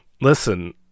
listen